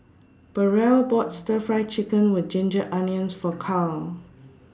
Burrell bought Stir Fry Chicken with Ginger Onions For Karl